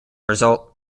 result